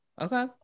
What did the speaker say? okay